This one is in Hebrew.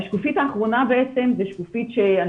השקופית האחרונה היא זאת: ???